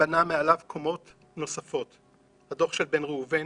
בנה מעליו קומות נוספות בדוח של בן ראובן